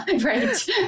Right